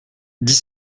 dix